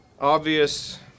obvious